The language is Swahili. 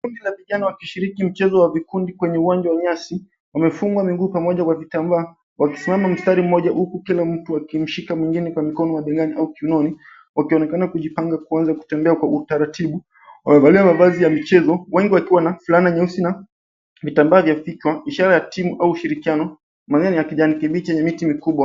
Kundi la vijana wakishiriki mchezo wa vikundi wenye uwanja wa nyasi wamefungwa miguu pamoja kwa vitambaa, wakisimama mstari mmoja hukukila mtu akimshika mwengine mabegani au kiunoni, wakionekana kujipanga kuanza kutembea kwa utaratibu. Wamevalia mavazi ya michezo, wengi wakiwa na fulana nyeusi na vitambaa vya kichwa, ishara ya timu au ushirikiano. Mimea ni ya kijani kibichi na miti mikubwa.